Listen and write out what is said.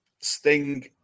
Sting